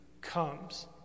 comes